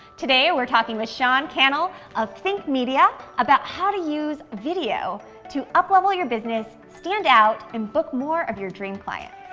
today we're talking with sean cannell of think media about how to use video to up-level your business, stand out, and book more of your dream clients.